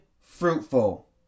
fruitful